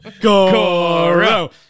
goro